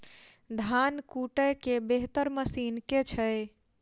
धान कुटय केँ बेहतर मशीन केँ छै?